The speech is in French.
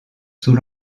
sous